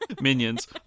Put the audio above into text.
Minions